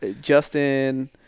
Justin